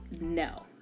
no